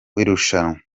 w’irushanwa